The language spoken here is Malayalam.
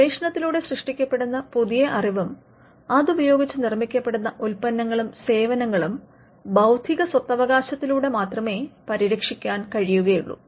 ഗവേഷണത്തിലൂടെ സൃഷ്ടിക്കപ്പെടുന്ന പുതിയ അറിവും അതുപയോഗിച്ച് നിർമ്മിക്കപ്പെടുന്ന ഉൽപ്പന്നങ്ങളും സേവനങ്ങളും ബൌദ്ധികസ്വത്തവകാശത്തിലൂടെ മാത്രമേ പരിരക്ഷിക്കാൻ കഴിയുകയുള്ളു